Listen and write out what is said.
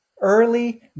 early